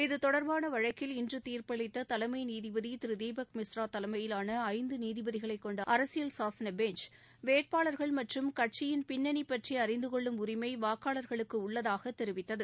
இதுதொடர்பான வழக்கில் இன்று தீர்ப்பளித்த தலைமை நீதிபதி திரு தீபக் மிஸ்ரா தலைமையிலான ஐந்து நீதிபதிகளை கொண்ட அரசியல் சாசன பெஞ்ச் வேட்பாளர்கள் மற்றும் கட்சியின் பின்னணி பற்றி அறிந்துகொள்ளும் உரிமை வாக்காளர்களுக்கு உள்ளதாக தெரிவித்தது